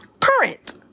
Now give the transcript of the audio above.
current